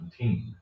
2017